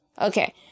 Okay